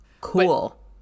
Cool